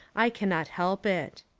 i cannot help it.